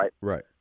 right